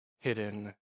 hidden